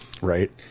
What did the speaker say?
Right